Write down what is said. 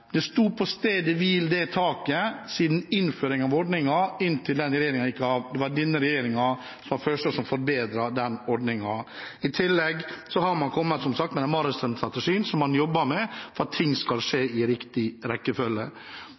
sto på stedet hvil siden innføringen av ordningen og inntil den regjeringen gikk av. Det var denne regjeringen som var den første som forbedret ordningen. I tillegg har man, som sagt, kommet med den maritime strategien, som man jobber med, for at ting skal skje i riktig rekkefølge.